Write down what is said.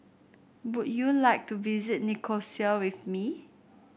would you like to visit Nicosia with me